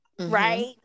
right